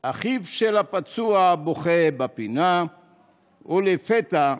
/ אחיו של הפצוע בוכה בפינה / ולפתע,